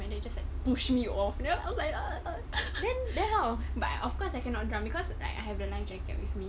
and then they just like push me off you know like uh but of course I cannot drown because like I have the life jacket with me